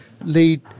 lead